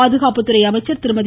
பாதுகாப்புத்துறை அமைச்சர் திருமதி